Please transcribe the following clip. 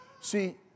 See